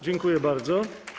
Dziękuję bardzo.